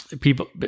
people